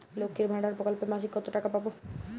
লক্ষ্মীর ভান্ডার প্রকল্পে মাসিক কত টাকা পাব?